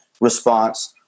response